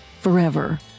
forever